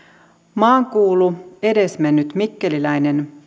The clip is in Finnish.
maankuulu edesmennyt mikkeliläinen